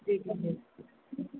ठीकु आहे ठीकु आहे